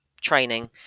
training